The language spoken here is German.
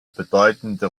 bedeutende